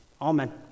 Amen